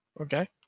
Okay